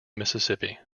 mississippi